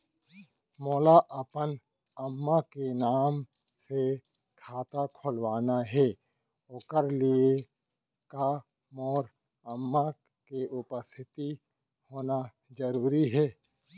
मोला अपन अम्मा के नाम से खाता खोलवाना हे ओखर लिए का मोर अम्मा के उपस्थित होना जरूरी हे?